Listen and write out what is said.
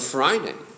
Friday